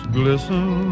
glisten